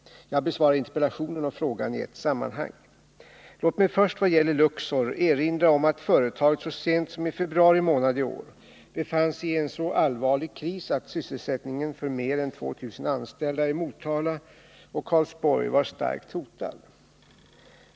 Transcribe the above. Jag besvarar interpellationen och frågan i ett sammanhang. Låt mig först, vad gäller Luxor, erinra om att företaget så sent som i februari månad i år befann sig i en så allvarlig kris, att sysselsättningen för mer än 2000 anställda i Motala och Karlsborg var starkt hotad.